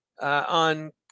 On